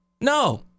No